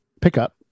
pickup